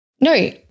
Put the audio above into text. no